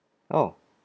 oh